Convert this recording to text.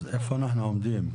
אז איפה אנחנו עומדים?